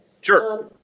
Sure